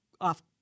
off